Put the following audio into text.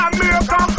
America